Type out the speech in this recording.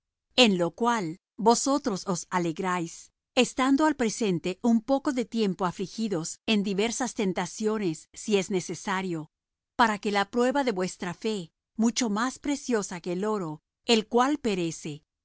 en lo cual vosotros os alegráis estando al presente un poco de tiempo afligidos en diversas tentaciones si es necesario para que la prueba de vuestra fe mucho más preciosa que el oro el cual perece